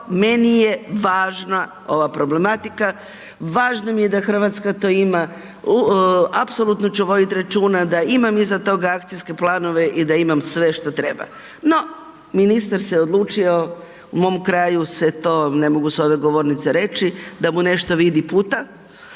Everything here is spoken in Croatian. meni je važna ova problematika, važna mi je da RH to ima, apsolutno ću vodit računa da imam iza toga akcijske planove i da imam sve šta treba. No, ministar se odlučio u mom kraju se to, ne mogu s ove govornice reći, da mu nešto vidi puta,